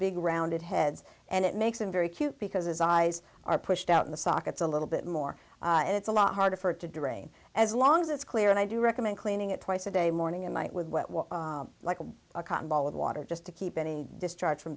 big rounded heads and it makes him very cute because his eyes are pushed out in the sockets a little bit more it's a lot harder for it to drain as long as it's clear and i do recommend cleaning it twice a day morning and night with what was like a cotton ball of water just to keep any discharge from